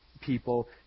people